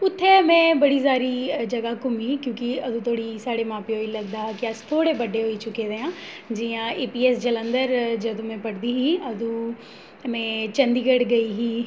उत्थै में बड़ी सारी जगहां घूमीं ही क्योंकि अदूं धोड़ी साढ़े मां प्यो गी लगदा हा कि अस थोह्ड़े बड्डे होई चुके दे आं जि'यां एपीऐस्स जलंधर जदूं में पढ़दी ही अदूं में चंडीगढ़ गेई ही